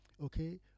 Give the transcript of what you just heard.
okay